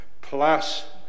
Plus